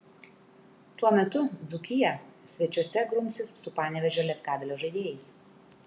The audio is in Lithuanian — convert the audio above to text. tuo metu dzūkija svečiuose grumsis su panevėžio lietkabelio žaidėjais